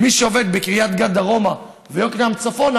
מי שעובד מקריית גת דרומה ויקנעם צפונה